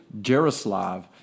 Jaroslav